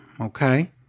okay